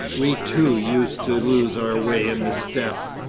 we too used to lose our way in the steppe.